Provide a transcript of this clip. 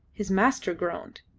his master groaned.